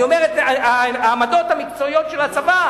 אני אומר את העמדות המקצועיות של הצבא,